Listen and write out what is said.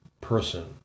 person